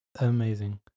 amazing